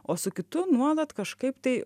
o su kitu nuolat kažkaip tai